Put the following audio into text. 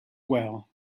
well